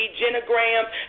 genograms